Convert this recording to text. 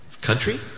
Country